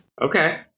Okay